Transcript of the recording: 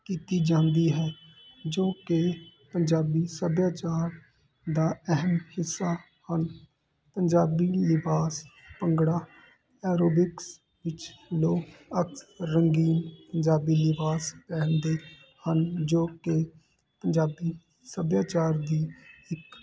ਕੀਤੀ ਜਾਂਦੀ ਹੈ ਜੋ ਕਿ ਪੰਜਾਬੀ ਸੱਭਿਆਚਾਰ ਦਾ ਅਹਿਮ ਹਿੱਸਾ ਹਨ ਪੰਜਾਬੀ ਲਿਬਾਸ ਭੰਗੜਾ ਐਰੋਬਿਕਸ ਵਿੱਚ ਲੋਕ ਆਹ ਰੰਗੀਨ ਪੰਜਾਬੀ ਲਿਬਾਸ ਪਹਿਨਦੇ ਹਨ ਜੋ ਕਿ ਪੰਜਾਬੀ ਸੱਭਿਆਚਾਰ ਦੀ ਇੱਕ